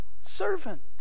servant